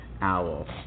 owl